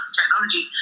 technology